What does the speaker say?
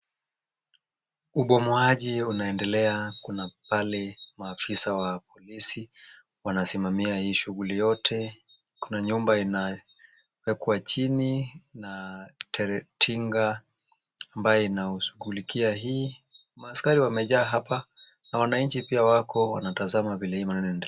Ubomoaji unaendelea kuna pale maafisa wa polisi wanasimamia hii shughuli yote. Kuna nyumba inawekwa chini na tinga ambaye inashughulikia hii. Maaskari wamejaa hapa na wananchi pia wako wanatazama vile hii maneno inaendelea.